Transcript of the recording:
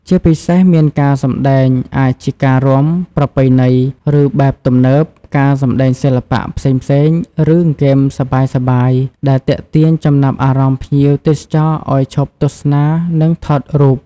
ជាពីសេសមានការសម្ដែងអាចជា ការរាំ ប្រពៃណី ឬបែបទំនើប ការសំដែងសិល្បៈ ផ្សេងៗ ឬ ហ្គេមសប្បាយៗ ដែលទាក់ទាញចំណាប់អារម្មណ៍ភ្ញៀវទេសចរឲ្យឈប់ទស្សនា និងថតរូប។